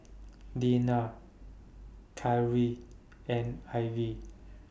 Deanna Kyree and Ivey